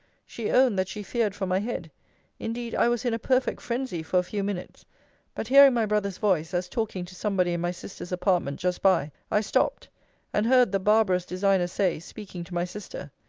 she owned, that she feared for my head indeed i was in a perfect phrensy for a few minutes but hearing my brother's voice, as talking to somebody in my sister's apartment just by, i stopt and heard the barbarous designer say, speaking to my sister,